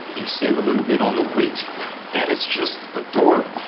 you save a little bit on the weight and it's just adorable.